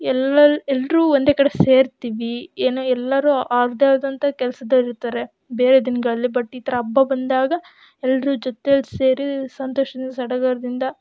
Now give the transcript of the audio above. ಎಲ್ಲೆಲ್ಲಿ ಎಲ್ಲರೂ ಒಂದೇ ಕಡೆ ಸೇರ್ತೀವಿ ಏನು ಎಲ್ಲರೂ ಅವ್ರದ್ದೇ ಆದಂಥ ಕೆಲ್ಸದಲ್ಲಿರ್ತಾರೆ ಬೇರೆ ದಿನಗಳಲ್ಲಿ ಬಟ್ ಈ ಥರ ಹಬ್ಬ ಬಂದಾಗ ಎಲ್ಲರೂ ಜೊತೇಲಿ ಸೇರಿ ಸಂತೋಷದಿಂದ ಸಡಗರದಿಂದ